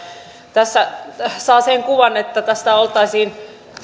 tässä saa sen kuvan että tässä oltaisiin